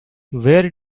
where